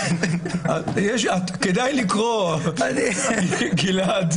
כדאי לקרוא, גלעד.